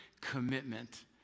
commitment